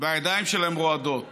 והידיים שלהם רועדות